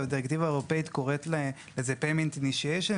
והדירקטיבה האירופאית קוראת לזה: "Payment Initiation",